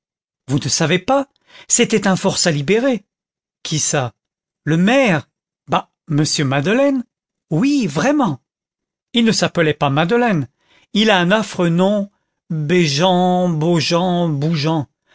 vous ne savez pas c'était un forçat libéré qui ça le maire bah m madeleine oui vraiment il ne s'appelait pas madeleine il a un affreux nom béjean bojean